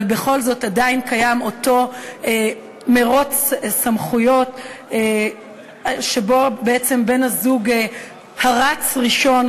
אבל בכל זאת עדיין קיים אותו מירוץ סמכויות שבו בעצם בן-הזוג שרץ ראשון,